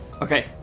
Okay